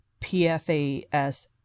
PFAS